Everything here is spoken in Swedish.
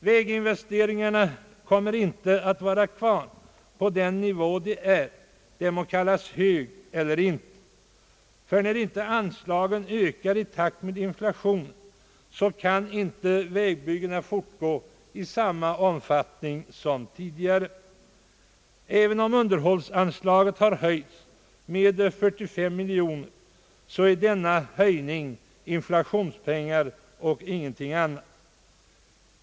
Väginvesteringarna kommer inte att ligga kvar på den nivå där de nu är, den må kallas hög eller inte, ty när inte anslagen ökar i takt med inflationen kan inte vägbyggena fortgå i samma omfattning som tidigare. även om underhållsanslaget har höjts med 45 miljoner kronor är denna höjning inflationspengar och ingenting annat.